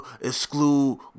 exclude